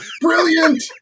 Brilliant